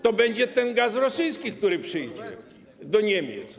To będzie ten gaz rosyjski, który przyjdzie do Niemiec.